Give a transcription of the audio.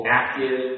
active